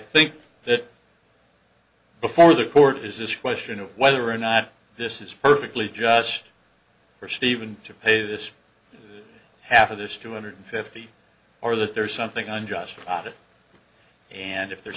think that before the court is this question of whether or not this is perfectly just for steven to pay this half of this two hundred fifty or that there's something on just about it and if there's